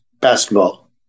basketball